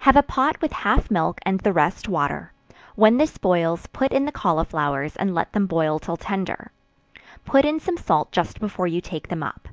have a pot with half milk, and the rest water when this boils, put in the cauliflowers, and let them boil till tender put in some salt just before you take them up